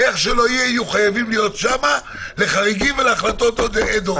והם יהיו חייבים להיות שם לחריגים והחלטות אד-הוק.